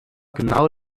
genau